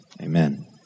amen